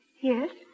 Yes